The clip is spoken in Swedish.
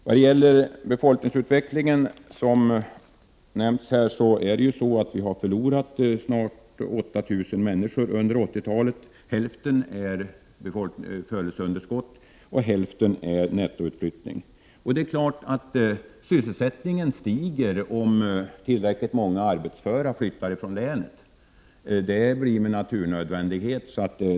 Vad gäller befolkningsutvecklingen, som nämnts här, har länet förlorat närmare 8 000 människor under 1980-talet — hälften är födelseunderskott, hälften är nettoutflyttning. Det är klart att sysselsättningsgraden stiger om tillräckligt många arbetsföra flyttar från länet. Det blir en naturnödvändig följd.